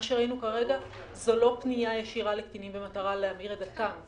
מה שראינו כרגע זו לא פנייה ישירה לקטינים במטרה להמיר את דתם.